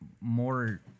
more